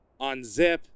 unzip